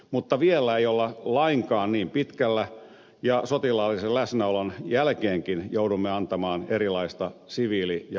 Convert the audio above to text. mutta vielä ei olla lainkaan niin pitkällä ja sotilaallisen läsnäolon jälkeenkin joudumme antamaan erilaista siviili ja koulutusapua